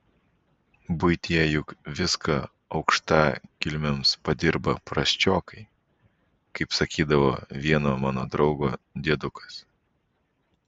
buityje juk viską aukštakilmiams padirba prasčiokai kaip sakydavo vieno mano draugo diedukas